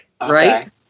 right